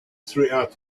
throughout